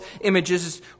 images